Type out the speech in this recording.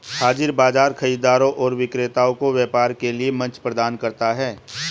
हाज़िर बाजार खरीदारों और विक्रेताओं को व्यापार के लिए मंच प्रदान करता है